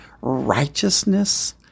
righteousness